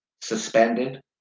suspended